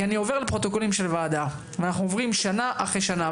כי אני עובר על הפרוטוקולים של הוועדה ואנחנו עוברים שנה אחרי שנה,